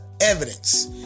evidence